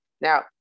Now